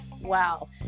wow